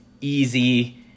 easy